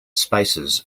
spaces